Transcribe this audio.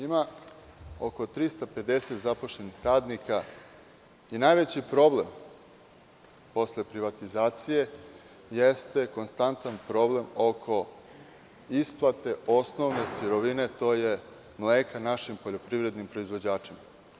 Ima oko 350 zaposlenih radnika i najveći problem posle privatizacije jeste konstantan problem oko isplate osnovne sirovine, mleka, našim poljoprivrednim proizvođačima.